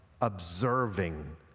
observing